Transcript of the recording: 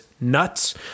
nuts